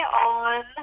on